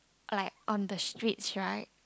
like on the streets right